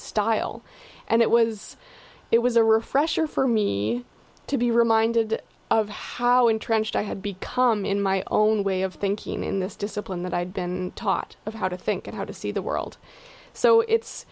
style and it was it was a refresher for me to be reminded of how entrenched i had become in my own way of thinking in this discipline that i'd been taught of how to think and how to see the world so it's